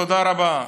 תודה רבה.